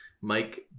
Mike